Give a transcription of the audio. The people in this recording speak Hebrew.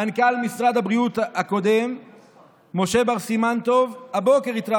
מנכ"ל משרד הבריאות הקודם משה בר סימן טוב התראיין